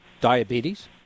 diabetes